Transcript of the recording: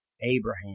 Abraham